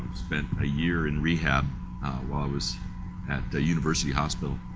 spent a year in rehab while i was at the university hospital.